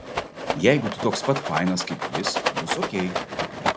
jeigu tu toks pat fainas kaip jis bus okei